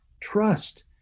trust